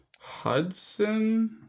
Hudson